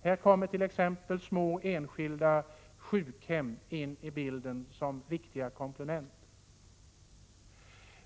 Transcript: Här kommer t.ex. små enskilda sjukhem in i bilden som viktiga komplement.